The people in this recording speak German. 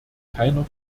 keiner